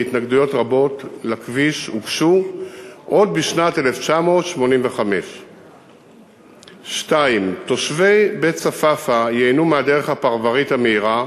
והתנגדויות רבות לכביש הוגשו עוד בשנת 1985. 2. תושבי בית-צפאפא ייהנו מהדרך הפרברית המהירה,